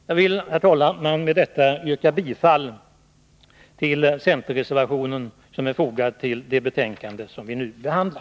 Jag vill, herr talman, med detta yrka bifall till centerreservationen som är fogad till det betänkande som vi nu behandlar.